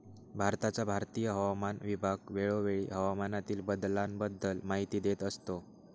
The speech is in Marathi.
भारताचा भारतीय हवामान विभाग वेळोवेळी हवामानातील बदलाबद्दल माहिती देत असतो